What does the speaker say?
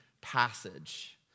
passage